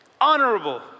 honorable